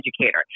educator